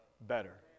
better